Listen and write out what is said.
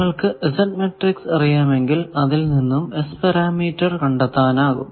നിങ്ങൾക്കു Z matrix അറിയാമെങ്കിൽ അതിൽ നിന്നും S പാരാമീറ്റർ കണ്ടെത്താനാകും